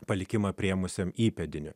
palikimą priėmusiam įpėdiniui